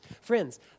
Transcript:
Friends